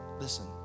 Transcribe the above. Listen